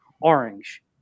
orange